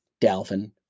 Dalvin